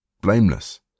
blameless